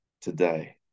today